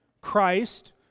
Christ